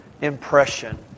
impression